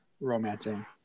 romancing